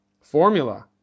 formula